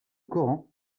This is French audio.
coran